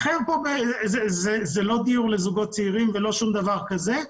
זה לא דיור לזוגות צעירים ולא שום דבר כזה.